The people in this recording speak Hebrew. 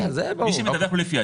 כן, כן, אנחנו נדבר על זה